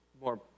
more